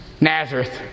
Nazareth